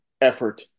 effort